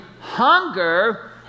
hunger